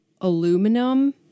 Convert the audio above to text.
aluminum